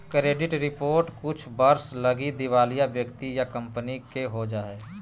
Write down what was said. credit report कुछ वर्ष लगी दिवालिया व्यक्ति या कंपनी के हो जा हइ